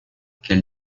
quel